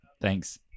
thanks